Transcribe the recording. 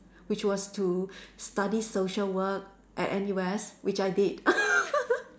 which was to study social work at N_U_S which I did